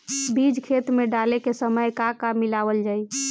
बीज खेत मे डाले के सामय का का मिलावल जाई?